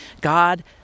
God